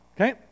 Okay